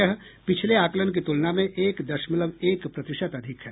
यह पिछले आकलन की तुलना में एक दशमलव एक प्रतिशत अधिक है